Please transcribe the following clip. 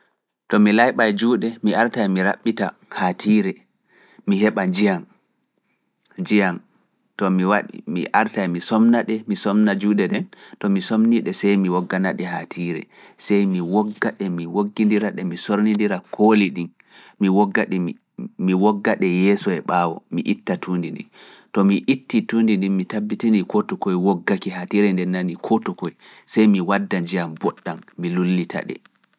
To mi layɓai juuɗe, mi artae mi raɓɓita haatiire, mi heɓa njiyam, mi wada ndiyam, to mi waɗi, mi artai mi somna ɗe, mi somna juuɗe ɗen, to mi somni ɗe, sey mi woggana ɗe haa tiire, sey mi wogga ɗe, mi woggindira ɗe. Mi sornindira kooli ɗin, mi wogga ɗe, mi wogga ɗe yeeso e ɓaawo, mi itta tuundi ɗi, to mi itti tuundi ɗi, mi tabbitini koto koye woggaki haa tiire nde nani koto koye, sey mi wadda njiyam mboɗɗam, mi lullita ɗe.